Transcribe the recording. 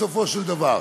בסופו של דבר.